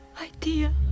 idea